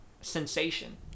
sensation